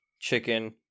chicken